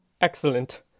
Excellent